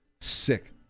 sick